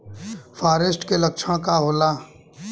फारेस्ट के लक्षण का होला?